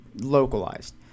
localized